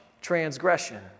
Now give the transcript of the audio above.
transgression